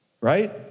right